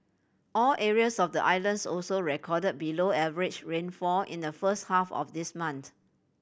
all areas of the islands also record below average rainfall in the first half of this month